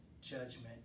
judgment